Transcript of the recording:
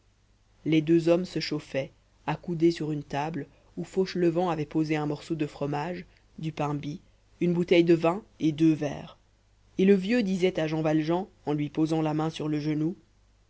les deux hommes se chauffaient accoudés sur une table où fauchelevent avait posé un morceau de fromage du pain bis une bouteille de vin et deux verres et le vieux disait à jean valjean en lui posant la main sur le genou